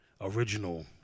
original